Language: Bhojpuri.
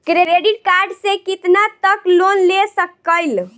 क्रेडिट कार्ड से कितना तक लोन ले सकईल?